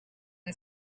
and